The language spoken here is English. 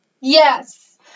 Yes